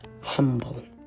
humble